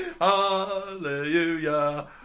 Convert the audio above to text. Hallelujah